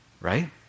right